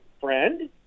friend